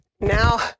Now